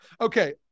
Okay